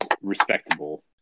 Respectable